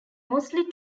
mostly